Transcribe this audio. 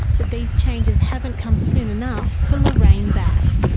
these changes haven't come soon enough for lorraine baff.